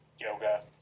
Yoga